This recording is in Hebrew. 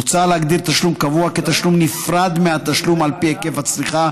מוצע להגדיר תשלום קבוע כתשלום נפרד מהתשלום על פי היקף הצריכה